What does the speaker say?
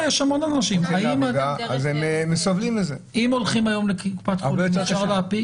אם הולכים היום לקופת חולים אפשר להנפיק?